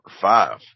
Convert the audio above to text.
five